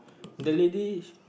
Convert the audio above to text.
the lady